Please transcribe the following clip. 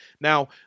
Now